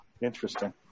Interesting